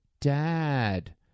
Dad